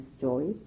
joy